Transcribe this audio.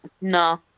No